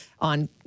on